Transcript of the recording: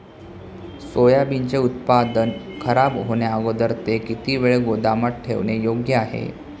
सोयाबीनचे उत्पादन खराब होण्याअगोदर ते किती वेळ गोदामात ठेवणे योग्य आहे?